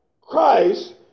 Christ